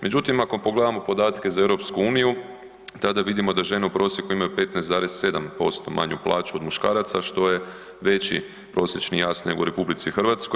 Međutim, ako pogledamo podatke za EU tada vidimo da žene u prosjeku imaju 15,7% manju plaću od muškaraca, što je veći prosječni jaz nego u RH.